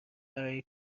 برای